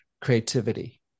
creativity